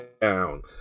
down